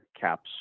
caps